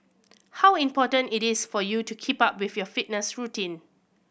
how important it is for you to keep up with your fitness routine